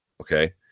Okay